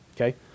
okay